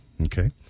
Okay